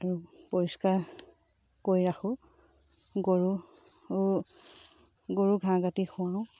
আৰু পৰিষ্কাৰ কৰি ৰাখোঁ গৰু গৰুক ঘাঁহ কাটি খুৱাওঁ